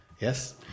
Yes